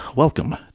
Welcome